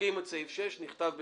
מוחקים את סעיף 6, נכתב בטעות.